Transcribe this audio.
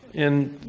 and,